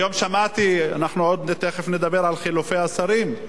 היום שמעתי, אנחנו תיכף נדבר על חילופי השרים,